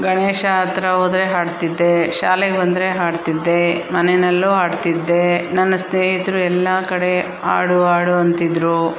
ಗಣೇಶ ಹತ್ರ ಹೋದ್ರೆ ಹಾಡ್ತಿದ್ದೇ ಶಾಲೆಗೆ ಬಂದರೆ ಹಾಡ್ತಿದ್ದೇ ಮನೆಯಲ್ಲೂ ಹಾಡ್ತಿದ್ದೇ ನನ್ನ ಸ್ನೇಹಿತರು ಎಲ್ಲ ಕಡೆ ಹಾಡು ಹಾಡು ಅಂತಿದ್ರೂ